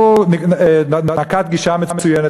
הוא נקט גישה מצוינת,